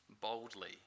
boldly